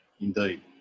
Indeed